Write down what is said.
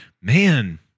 Man